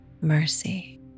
mercy